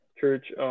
church